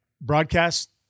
Broadcast